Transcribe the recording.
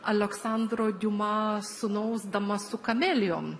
aleksandro diuma sūnaus dama su kamelijom